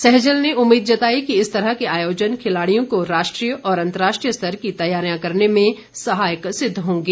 सहजल ने उम्मीद जताई कि इस तरह के आयोजन खिलाड़ियों को राष्ट्रीय और अंतर्राष्ट्रीय स्तर की तैयारियां करने में सहायक सिद्व होंगे